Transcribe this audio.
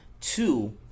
Two